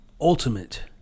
ultimate